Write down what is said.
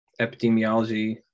epidemiology